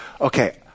Okay